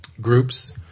groups